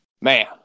man